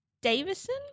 Davison